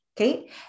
okay